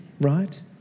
right